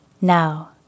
Now